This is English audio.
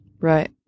Right